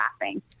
laughing